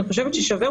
אני חושבת ששווה,